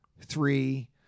three